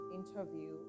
interview